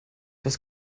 das